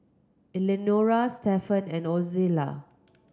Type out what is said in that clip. Eleanora Stefan and Ozella